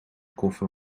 koffer